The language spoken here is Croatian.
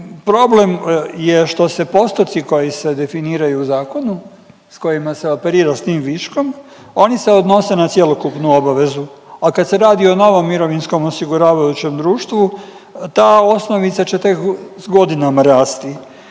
problem je što se postoci koji se definiraju zakonom s kojima se operira s tim viškom oni se odnose na cjelokupnu obavezu, a kad se radi o novom mirovinskom osiguravajućem društvu ta osnovica će tek s godinama rasti.